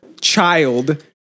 child